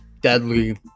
deadly